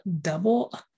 double